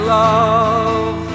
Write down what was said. love